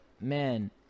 man